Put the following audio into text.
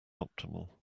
optimal